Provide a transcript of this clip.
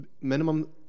minimum